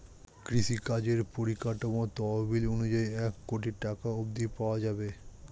কৃষিকাজের পরিকাঠামো তহবিল অনুযায়ী এক কোটি টাকা অব্ধি পাওয়া যাবে